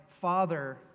father